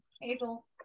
Hazel